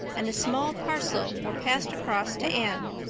and a small parcel were passed across to anne.